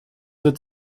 wird